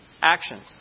actions